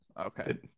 Okay